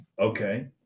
Okay